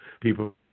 people